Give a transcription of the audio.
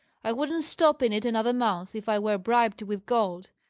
i wouldn't stop in it another month, if i were bribed with gold.